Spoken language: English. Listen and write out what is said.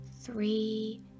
three